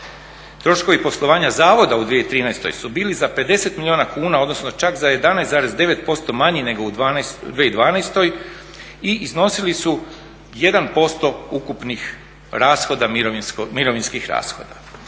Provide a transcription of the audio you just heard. Troškovi poslovanja zavoda u 2013. su bili za 50 milijuna kuna, odnosno čak za 11,9% manji nego u 2012. i iznosili su 1% ukupnih mirovinskih rashoda.